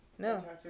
No